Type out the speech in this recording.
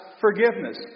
forgiveness